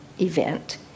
event